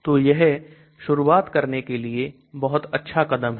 तो यह शुरुआत करने के लिए बहुत अच्छा कदम है